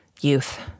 youth